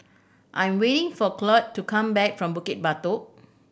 I'm waiting for Cloyd to come back from Bukit Batok